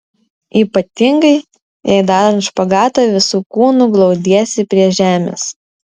ypatingai jei darant špagatą visu kūnu glaudiesi prie žemės